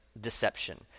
deception